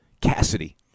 Cassidy